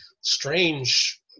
strange